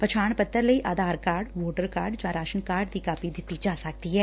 ਪਛਾਣ ਪੱਤਰ ਲਈ ਆਧਾਰ ਕਾਰਡ ਵੋਟਰ ਕਾਰਡ ਜਾਂ ਰਾਸ਼ਨ ਕਾਰਡ ਦੀ ਕਾਪੀ ਦਿੱਤੀ ਜਾ ਸਕਦੀ ਐ